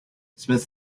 smith